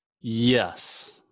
Yes